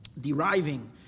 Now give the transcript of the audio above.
deriving